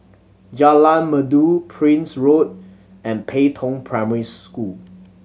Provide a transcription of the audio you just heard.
Jalan Merdu Prince Road and Pei Tong Primary School